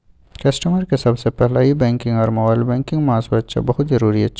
customer के सबसे पहला ई बैंकिंग आर मोबाइल बैंकिंग मां सुरक्षा बहुत जरूरी अच्छा